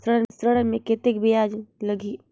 ऋण मे कतेक ब्याज लगही?